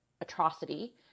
atrocity